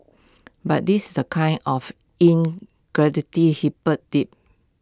but this is the kind of in hip dig